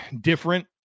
different